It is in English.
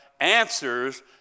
answers